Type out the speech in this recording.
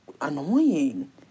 annoying